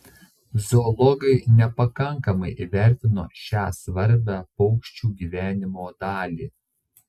zoologai nepakankamai įvertino šią svarbią paukščių gyvenimo dalį